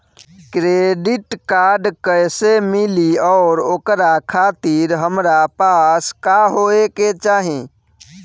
Credit card कैसे मिली और ओकरा खातिर हमरा पास का होए के चाहि?